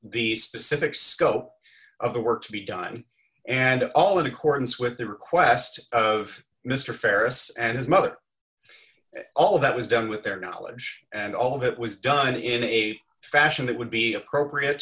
the specific scope of the work to be done and all in accordance with the request of mr farris and his mother all of that was done with their knowledge and all that was done in a fashion that would be appropriate